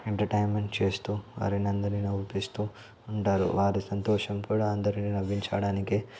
entertainment చేస్తూ వారిని అందరినీ నవ్విస్తూ ఉంటారు వారి సంతోషం కూడా అందరిని నవ్వించడానికే